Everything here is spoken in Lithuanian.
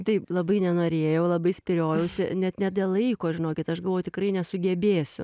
taip labai nenorėjau labai spyriojausi net ne dėl laiko žinokit aš galvojau tikrai nesugebėsiu